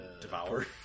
Devour